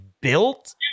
built